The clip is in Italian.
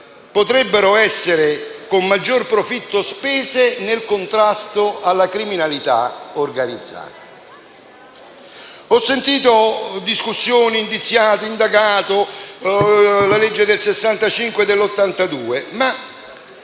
potrebbero essere con maggior profitto spese nel contrasto alla criminalità organizzata. Ho sentito discussioni su indiziato e indagato e sulle leggi del 1965 e del 1982.